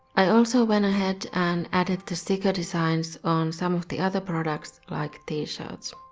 i also went ahead and added the sticker designs on some of the other products like t-shirts.